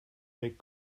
make